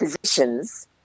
Physicians